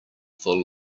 full